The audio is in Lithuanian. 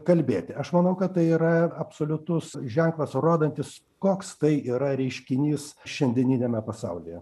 kalbėti aš manau kad tai yra absoliutus ženklas rodantis koks tai yra reiškinys šiandieniniame pasaulyje